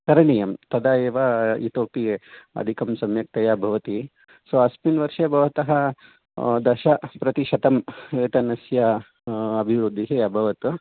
करणीयं तदा एव इतोपि अधिकं सम्यक्तया भवति सो अस्मिन् वर्षे भवतः दशप्रतिशतं वेतनस्य अभिवृद्धिः अभवत्